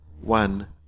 one